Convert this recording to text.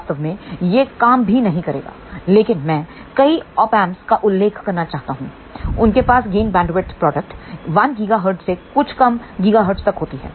वास्तव में यह काम भी नहीं करेगा लेकिन मैं कई ओप एम्प्स का उल्लेख करना चाहता हूं उनके पास गेन बैंडविड्थ प्रोडक्ट 1 गीगाहर्ट्ज से कुछ कम गीगाहर्ट्ज तक होती है